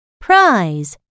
prize